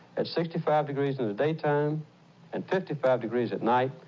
at sixty five degrees in the daytime and fifty five degrees at night,